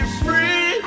free